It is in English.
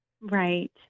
right